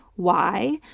why?